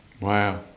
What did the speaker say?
Wow